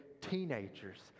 teenagers